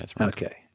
Okay